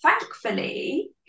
Thankfully